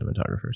cinematographers